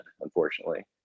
unfortunately